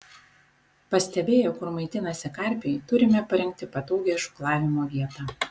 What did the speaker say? pastebėję kur maitinasi karpiai turime parinkti patogią žūklavimo vietą